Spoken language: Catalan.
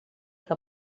que